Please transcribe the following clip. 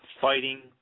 Fighting